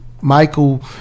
Michael